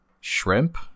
Shrimp